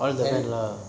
all bank uh